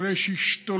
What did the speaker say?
אבל יש השתוללות,